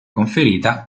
conferita